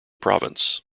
province